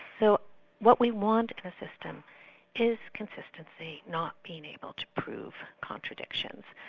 so what we want in a system is consistency, not being able to prove contradictions.